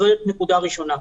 זאת נקודה ראשונה.